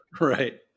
right